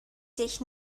sich